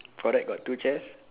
correct got two chairs